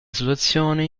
situazione